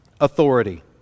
authority